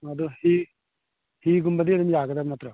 ꯑꯗꯣ ꯍꯤꯒꯨꯝꯕꯗꯤ ꯑꯗꯨꯝ ꯌꯥꯒꯗꯕ ꯅꯠꯇ꯭ꯔꯣ